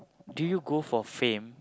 do you go for fame